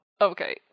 Okay